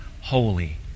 holy